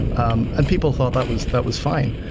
um and people thought that was that was fine.